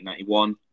1991